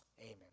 Amen